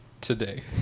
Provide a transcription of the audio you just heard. today